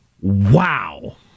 Wow